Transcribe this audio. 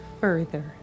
further